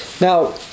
Now